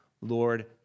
Lord